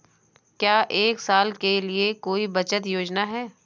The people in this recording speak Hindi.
क्या एक साल के लिए कोई बचत योजना है?